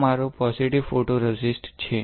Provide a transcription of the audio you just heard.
આ મારો positive photoresist છે